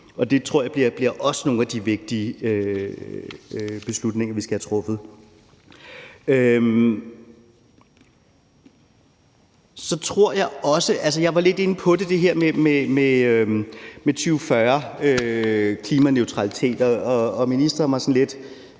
Det tror jeg også bliver nogle af de vigtige beslutninger, vi skal have truffet. Kl. 20:53 Jeg var lidt inde på det her med 2040-klimaneutralitet, og ministeren sagde, at